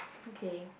okay